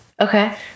Okay